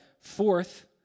Fourth